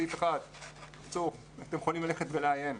סעיף 1. אתם יכולים לעיין.